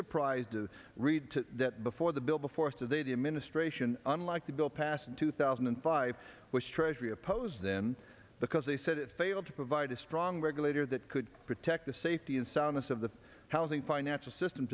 surprised to read to that before the bill before us today the administration unlike the bill passed in two thousand and five was treasury opposed them because they said it failed to provide a strong regulator that could protect the safety and soundness of the housing financial system